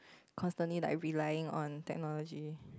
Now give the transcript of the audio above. constantly like relying on technology